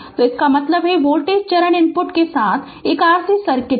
तो इसका मतलब है कि वोल्टेज चरण इनपुट के साथ एक RC सर्किट है